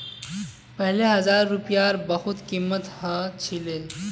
पहले हजार रूपयार बहुत कीमत ह छिले